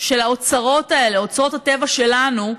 של האוצרות האלה, אוצרות הטבע שלנו,